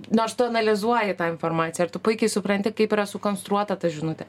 nors tu analizuoji tą informaciją ir tu puikiai supranti kaip yra sukonstruota ta žinutė